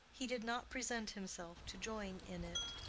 he did not present himself to join in it.